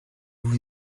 vous